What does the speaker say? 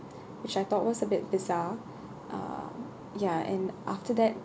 which I thought was a bit bizarre uh ya and after that